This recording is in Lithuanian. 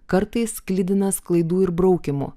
kartais sklidinas klaidų ir braukymų